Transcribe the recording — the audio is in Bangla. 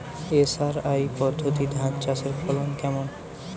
এস.আর.আই পদ্ধতি ধান চাষের ফলন কেমন?